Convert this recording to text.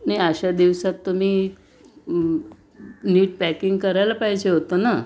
नाही अशा दिवसात तुम्ही नीट पॅकिंग करायला पाहिजे होतं ना